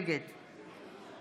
נגד